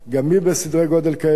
גם היא בסדרי-גודל כאלה.